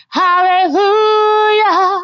hallelujah